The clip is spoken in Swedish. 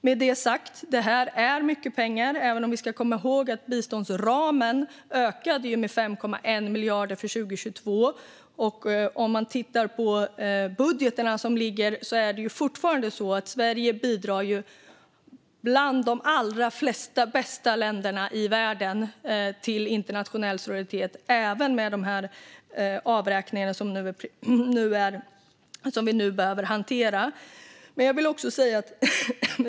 Med detta sagt är det fråga om mycket pengar, även om vi ska komma ihåg att biståndsramen ökade med 5,1 miljarder för 2022. Om man tittar på budgeterna är Sverige bland de bästa länderna i världen i fråga om att bidra till internationell solidaritet, även med avräkningarna som vi nu behöver hantera.